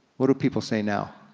what do people say now?